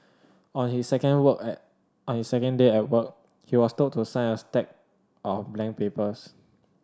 on his second work at on his second day at work he was told to sign a stack of blank papers